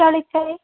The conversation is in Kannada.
ಚೌಳಿಕಾಯಿ